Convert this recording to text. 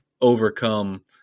overcome